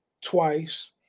twice